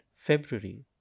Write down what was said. February